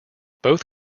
both